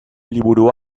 liburu